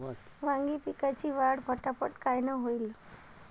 वांगी पिकाची वाढ फटाफट कायनं होईल?